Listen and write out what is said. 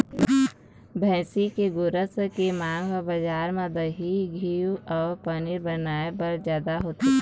भइसी के गोरस के मांग ह बजार म दही, घींव अउ पनीर बनाए बर जादा होथे